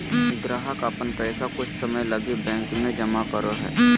ग्राहक अपन पैसा कुछ समय लगी बैंक में जमा करो हइ